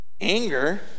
anger